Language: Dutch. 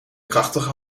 krachtige